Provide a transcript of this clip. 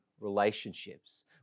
relationships